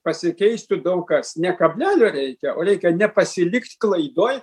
pasikeistų daug kas ne kablelio reikia o reikia nepasilikt klaidoj